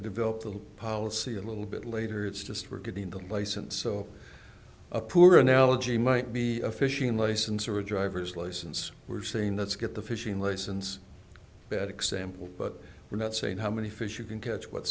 to develop the policy a little bit later it's just we're getting the license so a poor analogy might be a fishing license or a driver's license we're saying let's get the fishing license bad example but we're not saying how many fish you can catch what